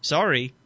Sorry